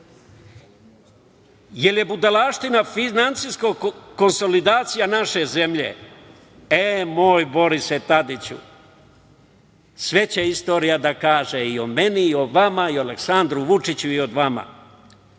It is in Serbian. Jel je budalaština finansijska konsolidacija naše zemlje? E, moj Borise Tadiću, sve će istorija da kaže, i o meni i o vama i o Aleksandru Vučiću. Ono što